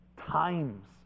Times